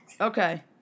Okay